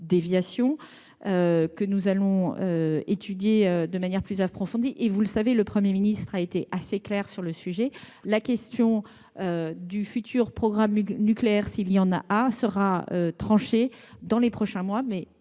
dérives que nous allons étudier de manière plus approfondie. Le Premier ministre a été assez clair sur le sujet : la question du futur programme nucléaire, s'il y en a un, sera tranchée dans les prochains mois.